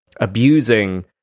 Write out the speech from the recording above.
abusing